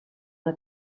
una